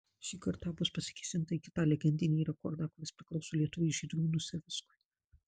šį kartą bus pasikėsinta į kitą legendinį rekordą kuris priklauso lietuviui žydrūnui savickui